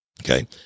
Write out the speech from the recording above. Okay